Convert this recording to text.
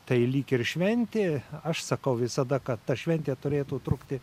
tai lyg ir šventė aš sakau visada kad ta šventė turėtų trukti